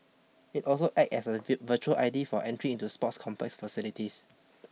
it also acts as a virtual I D for entry into sports complex facilities